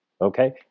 Okay